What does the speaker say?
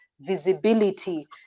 visibility